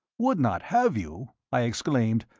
would not have you? i exclaimed.